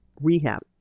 rehab